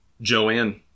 Joanne